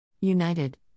United